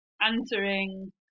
answering